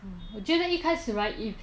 mm 我觉得一开始 right if